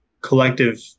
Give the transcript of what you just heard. collective